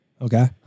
Okay